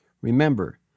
Remember